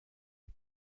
est